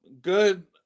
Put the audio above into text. Good